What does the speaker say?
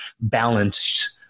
balanced